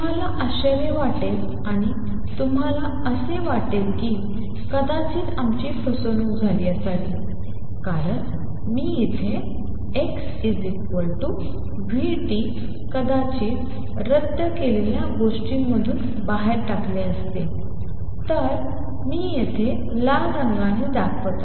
तुम्हाला आश्चर्य वाटेल आणि तुम्हाला असे वाटेल की कदाचित आमची फसवणूक झाली असावी कारण मी इथे x vt कदाचित रद्द केलेल्या गोष्टींमधून बाहेर टाकले असते तर मी येथे लाल रंगाने दाखवत आहे